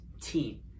team